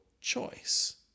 choice